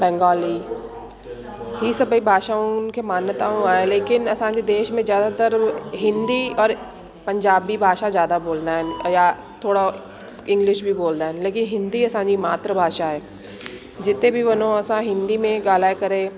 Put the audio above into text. बंगाली हीअ सभई भाषाउनि खे मान्यताऊं आहे लेकिन असांजे देश में हिंदी और पंजाबी भाषा जादा बोलंदा आहिनि या थोरो इंग्लिश बि बोलंदा आहिनि लेकिन हिंदी असांजी मातृ भाषा आहे जिते बि वञू असां हिन्दी में ॻाल्हाइ करे